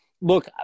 look